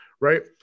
right